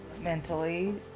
Mentally